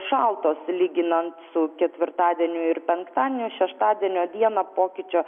šaltos lyginant su ketvirtadieniu ir penktadieniu šeštadienio dieną pokyčio